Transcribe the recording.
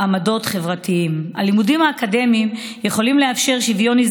אני יכול לומר שרבים מיושבי הבית הזה התחילו את דרכם לא רק